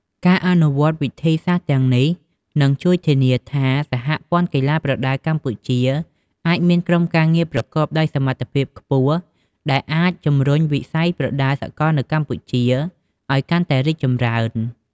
ការអនុវត្តវិធីសាស្ត្រទាំងនេះនឹងជួយធានាថា សហព័ន្ធកីឡាប្រដាល់កម្ពុជាអាច មានក្រុមការងារប្រកបដោយសមត្ថភាពខ្ពស់ ដែលអាចជំរុញវិស័យប្រដាល់សកលនៅកម្ពុជាឲ្យកាន់តែរីកចម្រើន។